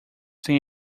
tem